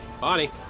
Bonnie